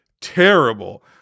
terrible